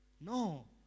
No